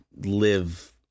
live